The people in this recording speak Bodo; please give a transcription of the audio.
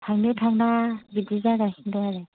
थांनो थाङा बिदि जागासिनो आरो